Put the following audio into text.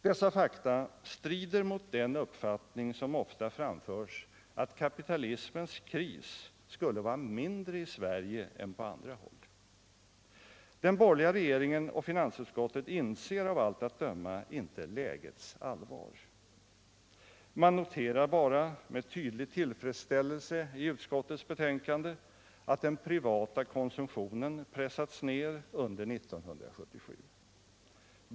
Dessa fakta strider mot den uppfattning som ofta framförs att kapitalismens kris skulle vara mindre i Sverige än på andra håll. Den borgerliga regeringen och finansutskottet inser av allt att döma inte lägets allvar. Man noterar bara. med tydlig tillfredsställelse, i utskottets betänkande att den privata konsumtionen pressats ned under 1977.